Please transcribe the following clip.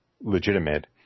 legitimate